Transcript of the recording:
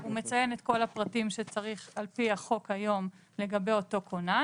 הוא מציין את כל הפרטים שצריך על פי החוק היום לגבי אותו כונן